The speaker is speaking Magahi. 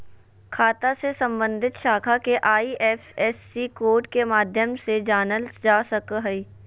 खाता से सम्बन्धित शाखा के आई.एफ.एस.सी कोड के माध्यम से जानल जा सक हइ